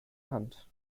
hand